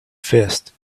fist